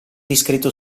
discreto